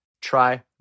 Try